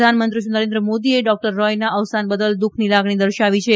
પ્રધાનમંત્રી શ્રી નરેન્દ્ર મોદીએ ડોકટર રોયના અવસાન બદલ દુઃખની લાગણી દર્શાવી છે